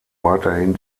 weiterhin